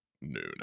noon